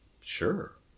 Sure